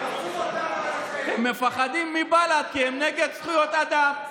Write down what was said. הם מפחדים מבל"ד כי הם נגד זכויות אדם,